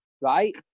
right